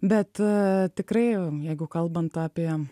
bet tikrai jeigu kalbant apie